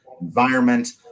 environment